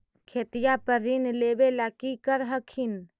खेतिया पर ऋण लेबे ला की कर हखिन?